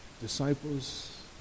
disciples